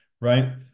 right